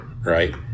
right